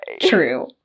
True